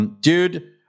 Dude